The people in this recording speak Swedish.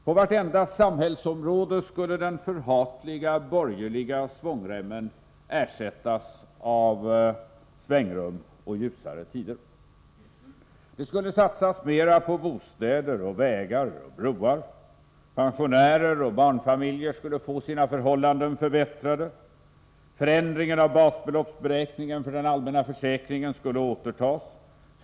På vartenda samhällsområde skulle den förhatliga borgerliga svångremmen ersättas av svängrum och ljusare tider. Det skulle satsas mera på böstäder och vägar och broar. Pensionärer och barnfamiljer skulle få sina förhållanden förbättrade. Förändringen av basbeloppsberäkningen för den allmänna försäkringen skulle återtas.